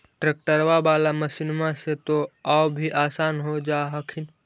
ट्रैक्टरबा बाला मसिन्मा से तो औ भी आसन हो जा हखिन?